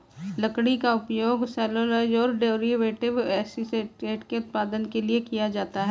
लकड़ी का उपयोग सेल्यूलोज और डेरिवेटिव एसीटेट के उत्पादन के लिए भी किया जाता है